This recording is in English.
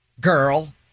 girl